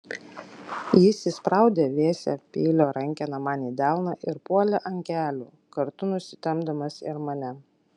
jis įspraudė vėsią peilio rankeną man į delną ir puolė ant kelių kartu nusitempdamas ir mane